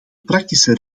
praktische